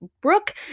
Brooke